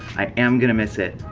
i am going to miss it.